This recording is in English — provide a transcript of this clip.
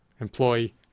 Employee